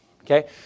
okay